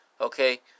Okay